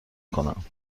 کنم